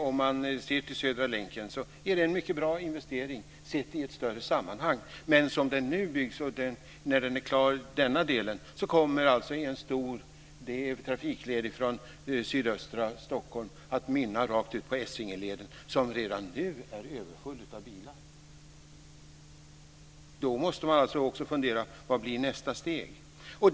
Om man ser till Södra länken så är det en mycket bra investering sett i ett större sammanhang, men som den nu byggs och när denna del är klar så kommer en stor trafikled från sydöstra Stockholm att mynna rakt ut på Essingeleden, som redan nu är överfull av bilar. Då måste man också fundera på vad nästa steg blir.